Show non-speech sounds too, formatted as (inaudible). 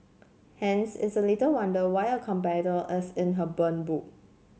hence it's little wonder why a (unintelligible) is in her burn book